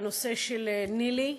על הנושא של ניל"י.